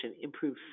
improve